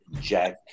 Jack